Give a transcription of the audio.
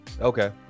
Okay